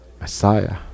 Messiah